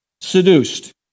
Seduced